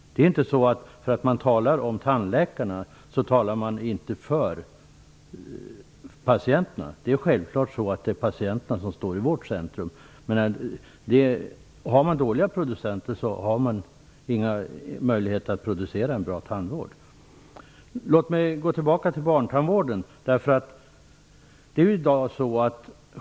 Om man talar för tandläkarna innebär det inte att man inte talar för patienterna. Det är självklart patienten som står i centrum för oss. Har man dåliga producenter har man ingen möjlighet att producera en bra tandvård. Låt mig då gå till barntandvården.